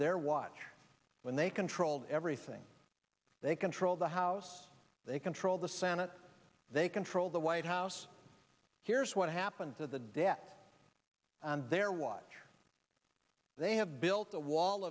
their watch when they controlled everything they control the house they control the senate they control the white house here's what happens with the debt and their watch they have built a wall